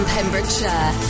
Pembrokeshire